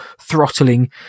throttling